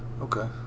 Okay